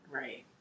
right